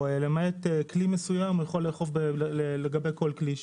או למעט כלי מסוים יכול לאכוף לגבי כל כלי שהוא.